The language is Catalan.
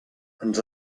ens